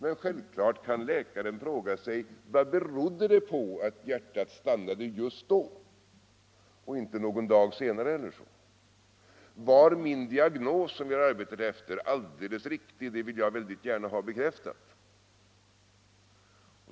Men självfallet kan läkaren fråga sig: Vad beror det på att hjärtat stannat just då och inte någon dag senare? Var min diagnos, som jag arbetat efter, alldeles riktig? Det vill jag gärna ha bekräftat.